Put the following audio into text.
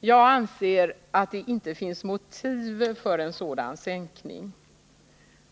Jag anser inte att det finns motiv för en sådan sänkning.